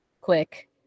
quick